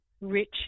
rich